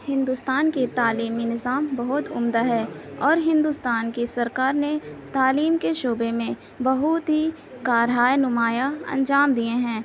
ہندوستان کے تعلیمی نظام بہت عمدہ ہے اور ہندوستان کی سرکار نے تعلیم کے شعبے میں بہت ہی کارہائے نمایاں انجام دیے ہیں